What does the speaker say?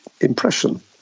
impression